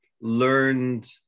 learned